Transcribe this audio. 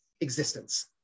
existence